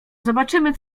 zobaczymy